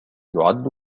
يعد